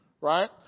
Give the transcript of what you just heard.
Right